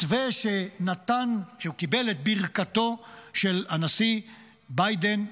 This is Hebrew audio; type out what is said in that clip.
מתווה שקיבל את ברכתו של הנשיא ביידן.